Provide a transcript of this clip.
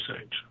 age